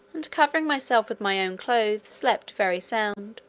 and covering myself with my own clothes, slept very sound.